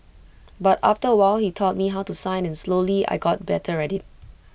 but after A while he taught me how to sign and slowly I got better at IT